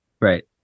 Right